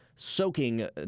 soaking